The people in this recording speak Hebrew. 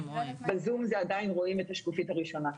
ב-זום עדיין רואים את השקופית הראשונה.